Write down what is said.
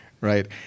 Right